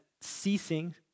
ceasing